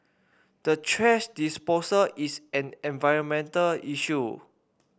the thrash disposal is an environmental issue